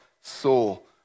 soul